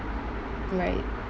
right